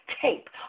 tape